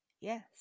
Yes